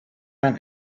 man